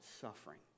suffering